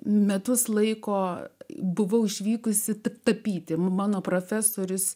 metus laiko buvau išvykusi tik tapyti mano profesorius